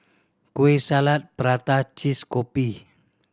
Kueh Salat prata cheese kopi